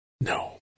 no